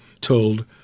told